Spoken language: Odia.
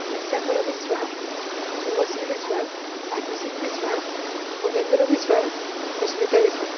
ନିଶାକର ବିଶ୍ୱାଳ ଶୁଭଶ୍ରୀ ବିଶ୍ୱାଳ ଆଦିଶ୍ରୀ ବିଶ୍ୱାଳ ଖୋଗେନ୍ଦ୍ର ବିଶ୍ୱାଳ ସୁସ୍ମିତା ବିଶ୍ୱାଳ